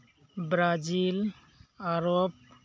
Brazil Arab